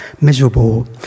miserable